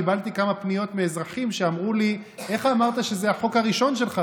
קיבלתי כמה פניות מאזרחים שאמרו לי: איך אמרת שזה החוק הראשון שלך?